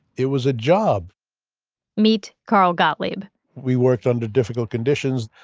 it was a job meet carl gottlieb we worked under difficult conditions.